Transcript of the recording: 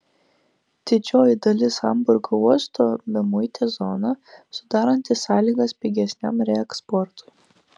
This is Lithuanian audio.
didžioji dalis hamburgo uosto bemuitė zona sudaranti sąlygas pigesniam reeksportui